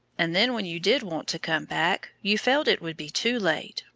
and then when you did want to come back, you felt it would be too late,